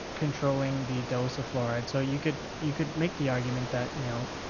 controlling the dose of fluoride so you could you could make the argument that, you know,